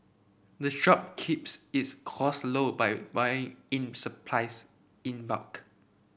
the shop keeps its cost low by buying in supplies in bulk